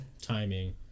timing